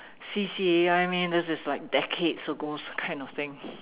C_C_A I mean this is like decades ago kind of thing